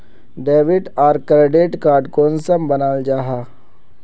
Debit आर credit card कुंसम बनाल जाहा?